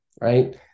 Right